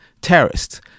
terrorists